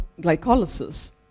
glycolysis